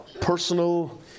personal